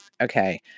Okay